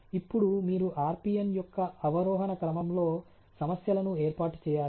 ఇప్పుడు మీరు RPN యొక్క అవరోహణ క్రమంలో సమస్యలను ఏర్పాటు చేయాలి